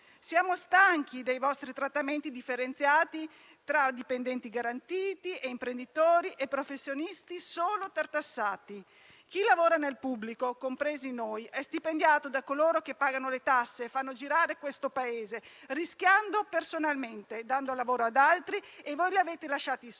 Siamo stanchi dei vostri trattamenti differenziati tra dipendenti garantiti e imprenditori e professionisti, solo tartassati. Chi lavora nel pubblico, compresi noi, è stipendiato da coloro che pagano le tasse, fanno girare questo Paese, rischiando personalmente e dando lavoro ad altri, e voi li avete lasciati soli